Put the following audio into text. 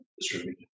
distributed